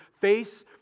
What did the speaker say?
face